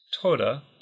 toda